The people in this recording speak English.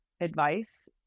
advice